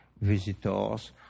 visitors